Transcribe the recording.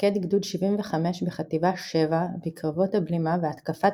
מפקד גדוד 75 בחטיבה 7 בקרבות הבלימה והתקפת